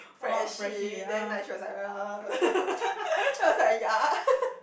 freshie then like she was like then I was like ya